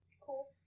Cool